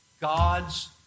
God's